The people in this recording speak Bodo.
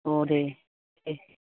अ दे दे